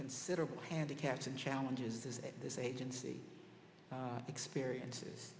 considerable handicaps and challenges that this agency experiences